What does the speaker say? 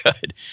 good